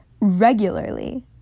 regularly